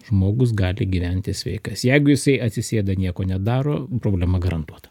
žmogus gali gyventi sveikas jeigu jisai atsisėda nieko nedaro problema garantuota